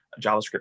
JavaScript